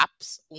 apps